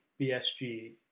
BSG